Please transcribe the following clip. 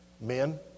men